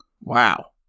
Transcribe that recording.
Wow